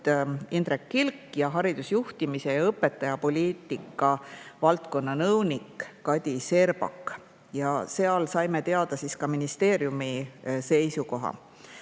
Indrek Kilk ning haridusjuhtimise ja õpetajapoliitika valdkonna nõunik Kadi Serbak. Seal saime teada ka ministeeriumi seisukoha.